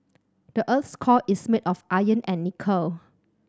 the earth's core is made of iron and nickel